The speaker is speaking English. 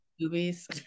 movies